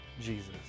Jesus